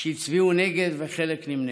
שהצביעו נגד, וחלק נמנעו.